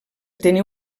tenir